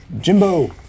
Jimbo